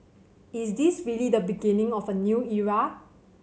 is this really the beginning of a new era